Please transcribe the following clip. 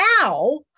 now